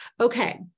Okay